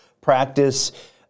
practice